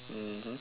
mmhmm